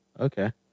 Okay